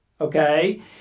okay